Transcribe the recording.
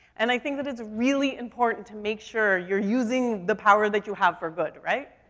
and i think that it's really important to make sure you're using the power that you have for good, right?